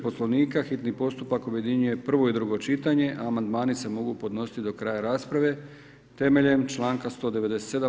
Poslovnika, hitni postupak objedinjuje prvo i drugo čitanje a amandmani se mogu podnositi do kraja rasprave temeljem članka 197.